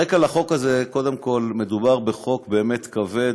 הרקע לחוק הזה, קודם כול, מדובר בחוק באמת כבד.